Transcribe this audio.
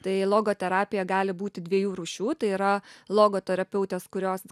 tai logoterapija gali būti dviejų rūšių tai yra logoterapeutės kurios